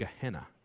Gehenna